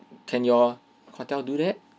can your hotel do that